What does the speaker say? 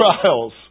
trials